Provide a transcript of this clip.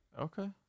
Okay